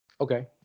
Okay